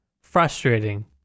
frustrating